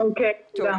אוקיי, תודה.